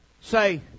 say